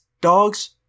dogs